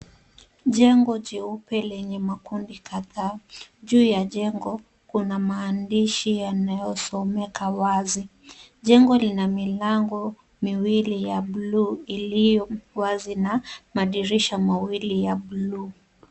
Jengo jeupe lenye makundi kadhaa. Juu ya jengo kuna maandishi yanayosomeka wazi. Jengo lina milango miwili ya blue iliyo wazi na madirisha mawili ya blue .